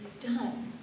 done